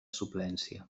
suplència